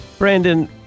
Brandon